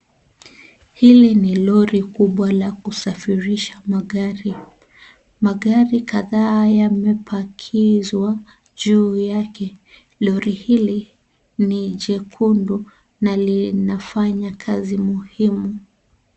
Hili ni lori kubwa la kusafirisha magari. Magari kadhaa yamepakizwa juu yake. Lori hili ni jekundu na linafanya kazi muhimu.